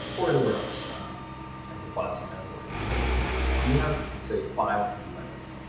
or anywhere else um i can apply this to my own life, but if you have, say, five to-do items,